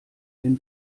den